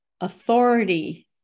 authority